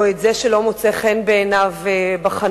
או את זה שלא מוצא חן בעיניו בחנייה?